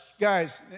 guys